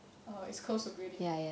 err is close to grading